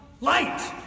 light